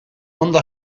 ondo